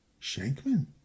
Shankman